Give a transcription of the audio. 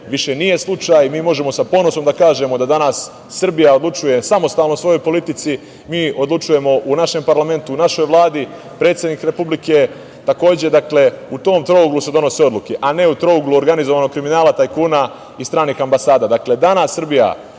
više nije slučaj. Mi možemo sa ponosom da kažemo da danas Srbija odlučuje samostalno o svojoj politici. Mi odlučujemo u našem parlamentu, u našoj Vladi, predsednik Republike, takođe. Dakle, u tom trouglu se donose odluke, a ne u trouglu organizovanog kriminala, tajkuna i stranih ambasada. Dakle, danas Srbija